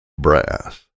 brass